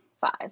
Five